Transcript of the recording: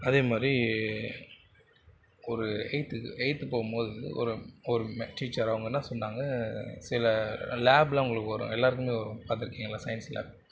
அதேமாதிரி ஒரு எயித்துக்கு எயித் போகும்போது ஒரு ஒரு டீச்சர் அவங்க என்ன சொன்னாங்க சில லேப்லாம் உங்களுக்கு வரும் எல்லாருக்குமே வரும் பார்த்துருக்கீங்களா சயின்ஸ் லேப்